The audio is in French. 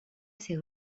ces